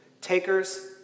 Takers